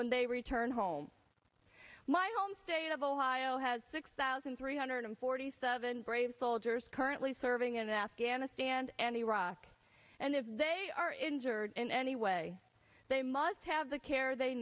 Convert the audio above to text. they return home my home state of ohio has six thousand three hundred forty seven brave soldiers currently serving in afghanistan and iraq and if they are injured in any way they must have the care they